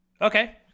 Okay